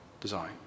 design